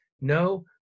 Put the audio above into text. no